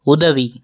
உதவி